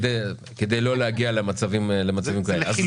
כדי לא להגיע למצבים כאלה.